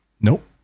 Nope